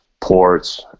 ports